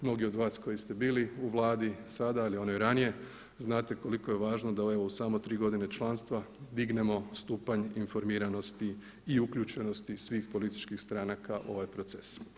Mnogi od vas koji ste bili u vladi sada ali i onoj ranije znate koliko je važno da evo u samo tri godine članstva dignemo stupanj informiranosti i uključenosti svih političkih stranaka u ovaj proces.